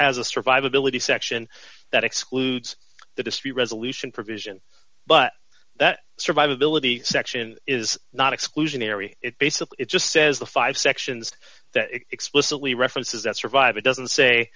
has a survivability section that excludes the dispute resolution provision but that survivability section is not exclusionary it basically just says the five sections that explicitly references that survive it doesn't say